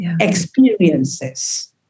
Experiences